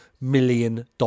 million